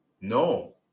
No